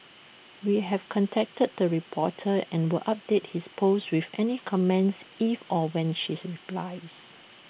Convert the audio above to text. we have contacted the reporter and will update his post with any comments if or when she's replies